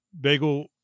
bagel